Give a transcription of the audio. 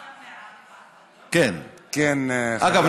אגב,